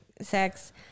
sex